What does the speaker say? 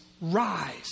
rise